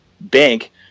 Bank